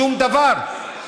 שום דבר.